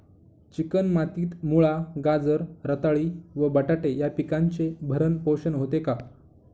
Chicken मातीत मुळा, गाजर, रताळी व बटाटे या पिकांचे भरण पोषण होते का?